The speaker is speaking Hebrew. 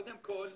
קודם כל,